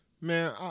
Man